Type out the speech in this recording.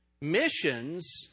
Missions